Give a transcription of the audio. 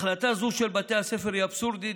החלטה זו של בתי הספר היא אבסורדית